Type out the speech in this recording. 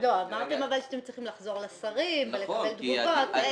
אמרתם שאתם צריכים לחזור לשרים ולקבל תגובות.